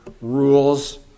rules